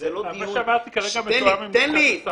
מה שאמרתי כרגע מתואם עם לשכת השר.